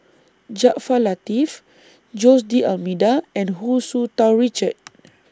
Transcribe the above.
Jaafar Latiff Jose D'almeida and Hu Tsu Tau Richard